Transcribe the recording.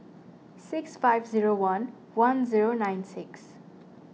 six five zero one one zero nine six